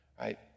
right